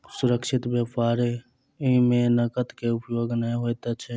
सुरक्षित व्यापार में नकद के उपयोग नै होइत अछि